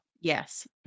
yes